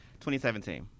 2017